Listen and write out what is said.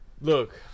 Look